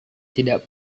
tidak